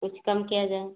कुछ कम किया जाए